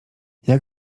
jak